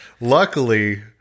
luckily